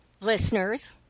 listeners